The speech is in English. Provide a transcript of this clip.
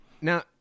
Now